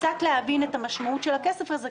להבין את המשמעות של הכסף הזה,